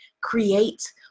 create